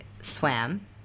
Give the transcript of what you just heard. swam